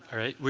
right.